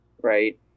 right